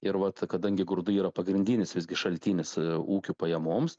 ir vat kadangi grūdai yra pagrindinis visgi šaltinis ūkių pajamoms